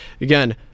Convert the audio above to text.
again